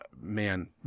man